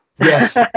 Yes